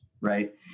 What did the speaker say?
right